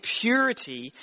purity